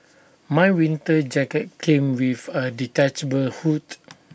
my winter jacket came with A detachable hood